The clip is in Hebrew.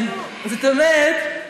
ככה לדבר.